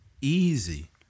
easy